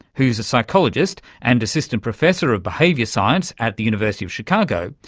who's a psychologist and assistant professor of behaviour science at the university of chicago,